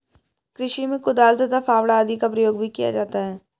कृषि में कुदाल तथा फावड़ा आदि का प्रयोग भी किया जाता है